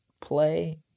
play